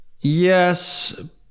yes